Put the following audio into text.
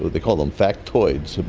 they call them factoids.